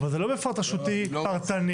אבל זה לא מפרט רשותי פרטני.